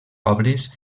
obres